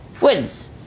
wins